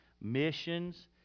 missions